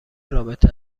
رابطه